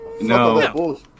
No